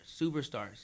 Superstars